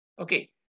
okay